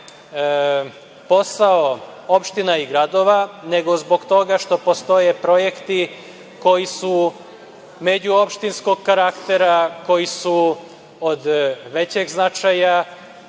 posao opština i gradova, nego zbog toga što postoje projekti koji su međuopštinskog karaktera, koji su od većeg značaja